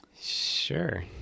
Sure